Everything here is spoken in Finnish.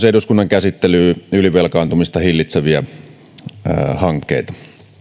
eduskunnan käsittelyyn myös ylivelkaantumista hillitseviä hankkeita